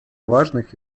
важных